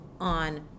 on